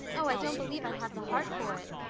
oh, i don't believe i'd have the heart for it.